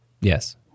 Yes